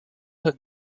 have